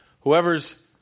whoever's